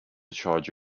charge